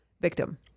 victim